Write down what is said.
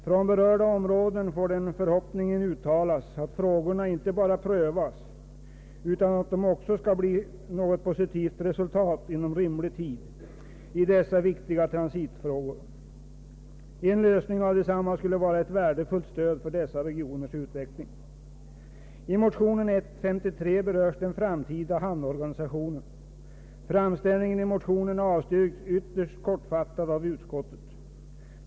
Från berörda områden får den förhoppningen uttalas att frågorna inte bara prövas utan att det också måtte bli något positivt resultat inom rimlig tid i dessa viktiga transitofrågor. En lösning av desamma skulle vara ett värdefullt stöd för dessa regioners utveckling. I motionen 1: 53 berörs den framtida hamnorganisationen. Framställningen i motionen avstyrks ytterst kortfattat av utskottet.